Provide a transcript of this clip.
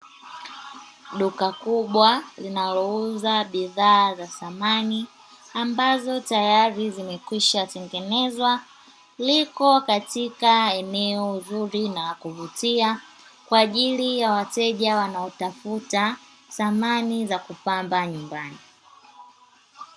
Duka kubwa linalouza bidhaa za samani ambazo tayari zimekwisha tengenezwa, liko katika eneo zuri na la kuvutia kwa ajili ya wateja wanaotafuta samani za kupamba nyumbani.